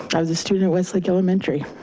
i was a student at west lake elementary.